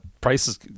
prices